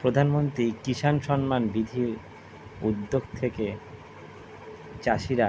প্রধানমন্ত্রী কিষান সম্মান নিধি উদ্যোগ থেকে চাষিরা